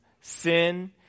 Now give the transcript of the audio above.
sin